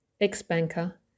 ex-banker